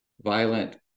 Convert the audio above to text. violent